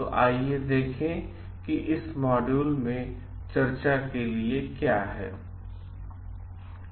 तो आइए देखें कि इस मॉड्यूल में चर्चा के लिए क्या है